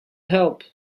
help